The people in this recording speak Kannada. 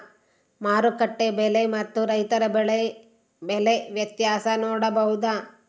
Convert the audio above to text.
ಮಾರುಕಟ್ಟೆ ಬೆಲೆ ಮತ್ತು ರೈತರ ಬೆಳೆ ಬೆಲೆ ವ್ಯತ್ಯಾಸ ನೋಡಬಹುದಾ?